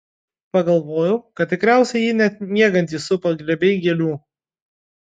pagalvojau kad tikriausiai jį net miegantį supa glėbiai gėlių